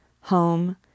home